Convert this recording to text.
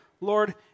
Lord